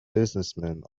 businessmen